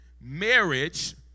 Marriage